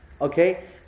Okay